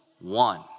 one